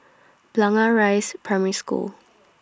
Blangah Rise Primary School